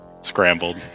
scrambled